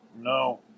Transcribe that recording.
No